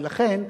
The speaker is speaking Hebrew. ולכן,